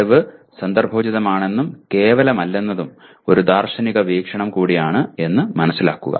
അറിവ് സന്ദർഭോചിതമാണെന്നും കേവലമല്ലെന്നതും ഒരു ദാർശനിക വീക്ഷണം കൂടിയാണ് എന്ന് മനസിലാക്കുക